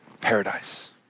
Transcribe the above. paradise